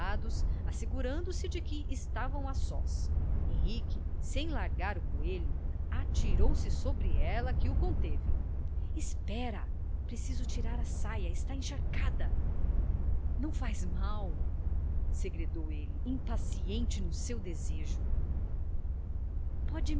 os lados assegurando se de que estavam a sós henrique sem largar o coelho atirou-se sobre ela que o conteve espera preciso tirar a saia está encharcada não faz mal segredou ele impaciente no seu desejo